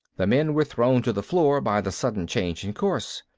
the men were thrown to the floor by the sudden change in course.